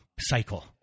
cycle